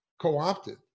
co-opted